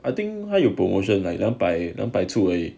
I think 他有 promotion like 两百两百出而已